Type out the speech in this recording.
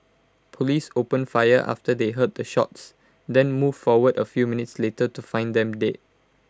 Police opened fire after they heard the shots then moved forward A few minutes later to find them dead